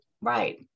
right